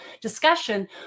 discussion